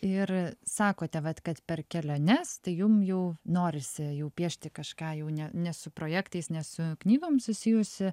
ir sakote vat kad per keliones tai jum jau norisi jau piešti kažką jau ne ne su projektais ne su knygom susijusį